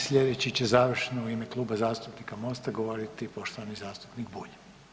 Sljedeći će završno u ime Kluba zastupnika Mosta govoriti poštovani zastupnik Bulj.